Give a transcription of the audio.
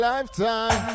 Lifetime